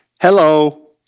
hello